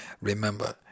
remember